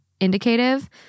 Indicative